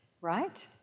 Right